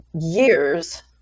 years